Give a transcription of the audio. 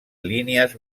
línies